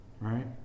Right